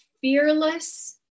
fearless